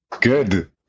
Good